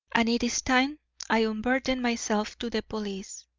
and it is time i unburdened myself to the police.